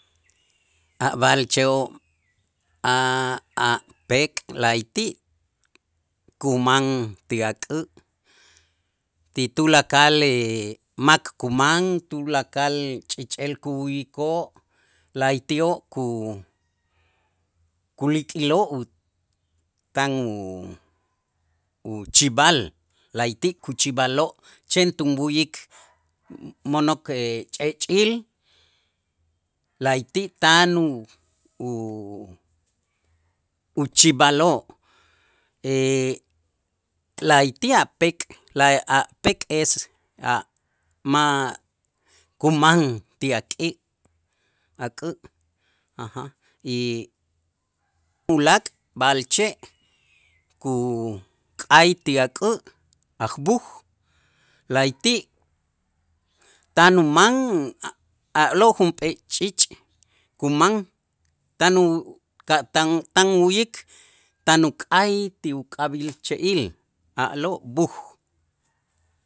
A' b'a'alche'oo a'-a' pek' la'ayti' kuman ti ak'ä' ti tulakal mak kuman tulakal ch'ich'el ku'u'yikoo' la'ayti'oo' ku- kulikloo' tan u- uch'ib'al la'ayti' kuch'ib'aloo' chen tunb'uyik mo'nok ch'ech'il la'ayti' tan u- u- uch'ib'aloo' la'ayti' a' pek' pekes a' ma' kuman ti ak'i- ak'ä' y ulaak' b'a'alche' kuk'ay ti ak'ä' ajb'uj la'ayti' tan uman a- a'lo' junp'ee ch'iich' kuman tan u ka' tan tan u'yik tan uk'ay ti uk'ab'il che'il a'lo' b'uj.